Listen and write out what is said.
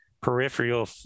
peripheral